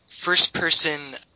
first-person